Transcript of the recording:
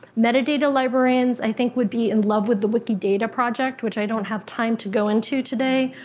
metadata librarians, i think, would be in love with the wikidata project, which i don't have time to go into today,